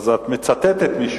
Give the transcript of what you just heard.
אז את מצטטת מישהו.